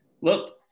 look